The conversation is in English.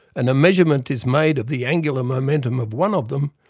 and a measurement is made of the angular momentum of one of them,